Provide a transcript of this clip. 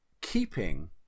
keeping